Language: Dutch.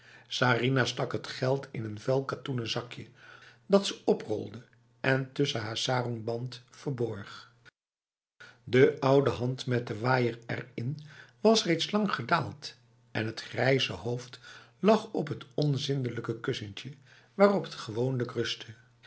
sarinah stak het geld in een vuil katoenen zakje dat ze oprolde en tussen haar sarongband verborg de oude hand met de waaier erin was reeds lang gedaald en het grijze hoofd lag op het onzindelijk kussentje waarop het gewoonlijk rustte